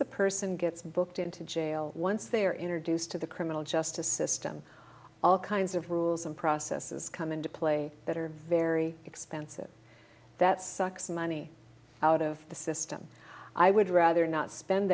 the person gets booked into jail once they are introduced to the criminal justice system all kinds of rules and processes come into play that are very expensive that sucks money out of the system i would rather not spend